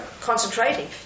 concentrating